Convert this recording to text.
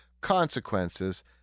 consequences